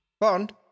Bond